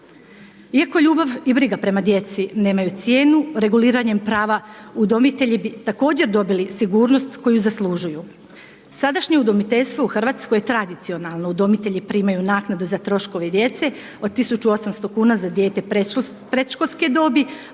Iako ljubav i briga prema djeci nemaju cijenu, reguliranjem prava udomitelji bi također dobili sigurnost koju zaslužuju. Sadašnje udomiteljstvo u Hrvatskoj tradicionalno, udomitelji primaju naknadu za troškove djece od 1.800 kuna za dijete predškolske dobi,